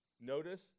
Notice